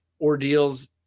ordeals